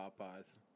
Popeye's